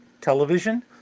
Television